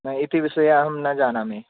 न इति विषये अहं न जानामि